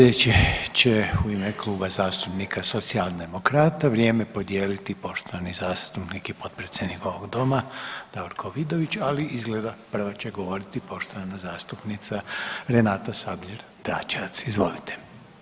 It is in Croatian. Sljedeće će u ime Kluba zastupnika socijaldemokrata vrijeme podijeliti poštovani zastupnik i potpredsjedniče ovog Doma Davorko Vidović, ali izgleda, prva će govoriti poštovana zastupnica Renata Sabljar-Dračevac, izvolite.